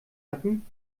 hatten